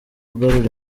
ugarura